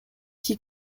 qui